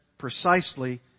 precisely